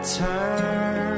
turn